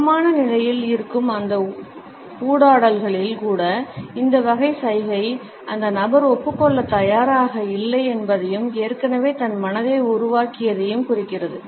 சமமான நிலையில் இருக்கும் அந்த ஊடாடல்களில் கூட இந்த வகை சைகை அந்த நபர் ஒப்புக்கொள்ள தயாராக இல்லை என்பதையும் ஏற்கனவே தன் மனதை உருவாக்கியதையும் குறிக்கிறது